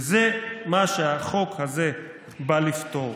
וזה מה שהחוק הזה בא לפתור.